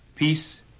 Peace